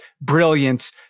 brilliance